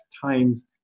times